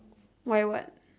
why what